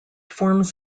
forms